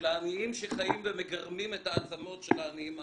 העניים שחיים ומגרמים את העצמות של העניים האחרים.